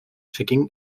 vergingen